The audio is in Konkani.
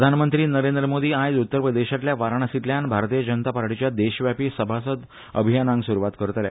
प्रधानमंत्री नरेंद्र मोदी आज उत्तर प्रदेशांतल्या वाराणसींतल्यान भारतीय जनता पक्षाच्या देशव्यापी सभासद अभियानाक सूरवात करतले